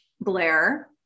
Blair